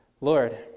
Lord